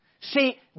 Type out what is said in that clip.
See